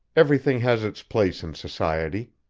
everything has its place in society.